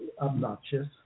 obnoxious